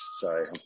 Sorry